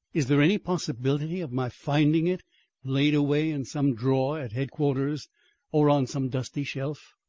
is there any possibility of my finding it laid away in some drawer at headquarters or on some dusty shelf?